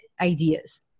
ideas